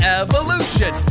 evolution